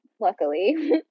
luckily